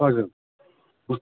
हजुर